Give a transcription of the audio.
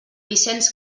vicenç